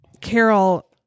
Carol